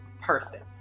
person